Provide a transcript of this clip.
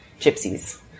gypsies